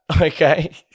okay